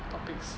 topics